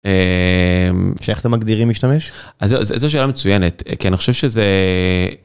איך אתם מגדירים משתמש אז זו שאלה מצוינת כי אני חושב שזה.